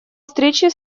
встречи